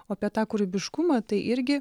o apie tą kūrybiškumą tai irgi